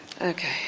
Okay